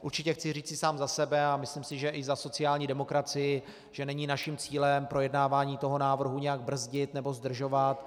Určitě chci říci sám za sebe a myslím si, že i za sociální demokracii, že není naším cílem projednávání toho návrhu nějak brzdit nebo zdržovat.